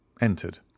entered